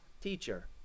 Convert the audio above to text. teacher